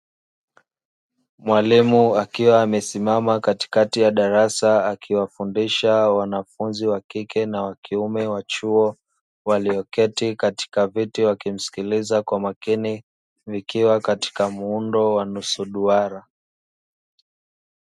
Mwalimu akiwa amesimama katikati ya darasa akiwafundisha wanafunzi wa kike na kiume wa chuo walioketi katika viti wakimsikiliza kwa makini, vikiwa katika muundo wa nusu duara.